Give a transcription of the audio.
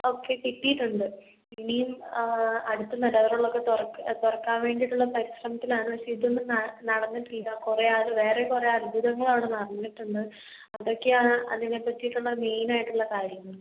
ഒക്കെ കിട്ടിയിട്ടുണ്ട് ഇനിയും അടുത്ത നിലവറകളൊക്കെ തുറക്ക് തുറക്കാൻ വേണ്ടിയിട്ടുള്ള പരിശ്രമത്തിലാണ് പക്ഷേ ഇതൊന്നും ന നടന്നിട്ടില്ല കുറെ അൽ വേറെ കുറെ അത്ഭുതങ്ങള് അവിടെ നടന്നിട്ടുണ്ട് അതൊക്കെയാണ് അതിനെ പറ്റിയിട്ടുള്ള മെയിനായിട്ടുള്ള കാര്യങ്ങള്